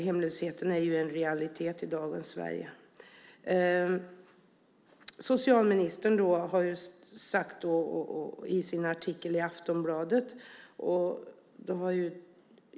Hemlösheten är en realitet i dagens Sverige. Socialministern har uttalat sig i en artikel i Aftonbladet.